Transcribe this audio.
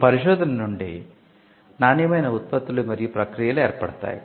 ఈ పరిశోధన నుండి నాణ్యమైన ఉత్పత్తులు మరియు ప్రక్రియలు ఏర్పడతాయి